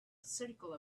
circle